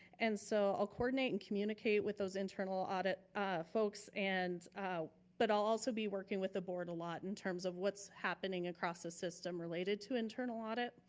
and so i'll coordinate and communicate with those internal audit folks, and but i'll also be working with the board a lot in terms of what's happening across the system related to internal audit.